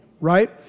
Right